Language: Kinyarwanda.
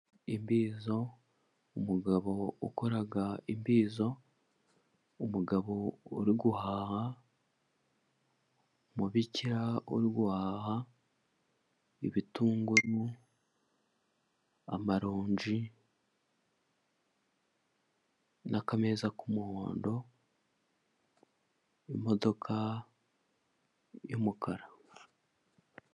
Imbizo, umugabo ukora imbizo, umugabo uri guhaha, umubikira uri guhaha ibitunguru ,amaronji n'akameza k'umuhondo, imodoka y'umukara.